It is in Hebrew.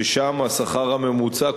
ששם השכר הממוצע,